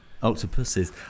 octopuses